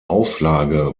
auflage